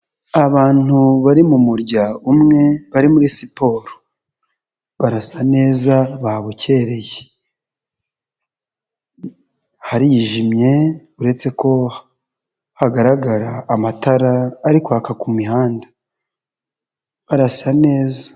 Abantu bari mu murya umwe bari muri siporo, barasa neza babukereye, harijimye uretse ko hagaragara amatara ari kwaka ku mihanda, harasa neza.